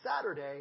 Saturday